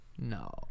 No